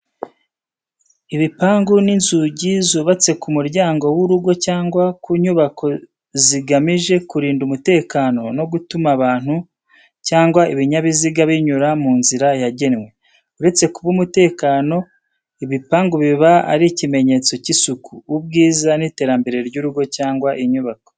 Ibipangu ni inzugi zubatse ku muryango w’urugo cyangwa ku nyubako, zigamije kurinda umutekano no gutuma abantu cyangwa ibinyabiziga binyura mu nzira yagenwe. Uretse kuba umutekano, ibipangu biba ari ikimenyetso cy’isuku, ubwiza n’iterambere ry’urugo cyangwa inyubako.